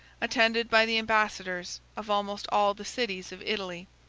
attended by the ambassadors of almost all the cities of italy,